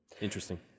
Interesting